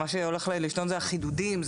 מה שהולך להשתנות זה החידודים,